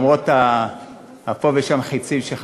למרות החצים פה ושם שחטפתי,